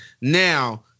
Now